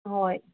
ꯍꯣꯏ